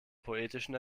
poetischen